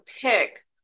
pick